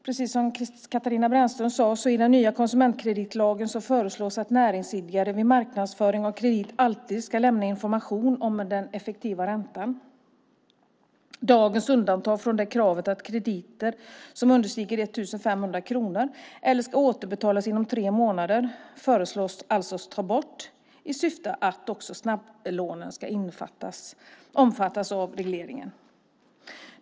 Precis som Katarina Brännström sade föreslås i den nya konsumentkreditlagen att näringsidkare vid marknadsföring av kredit alltid ska lämna information om den effektiva räntan. Dagens undantag från detta krav när det gäller krediter som understiger 1 500 kronor eller ska återbetalas inom tre månader föreslås tas bort i syfte att också snabblånen ska omfattas av regleringen.